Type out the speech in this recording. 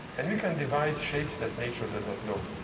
and we can devise shapes that nature does not know.